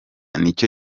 nicyo